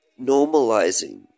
Normalizing